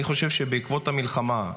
אני חושב שבעקבות המלחמה,